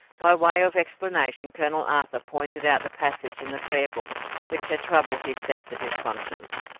by way of explanation colonel arthur pointed out the passage in the prayer-book which had troubled his sensitive conscience.